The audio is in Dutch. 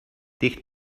dicht